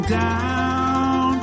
down